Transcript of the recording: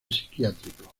psiquiátrico